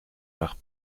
nach